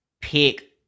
pick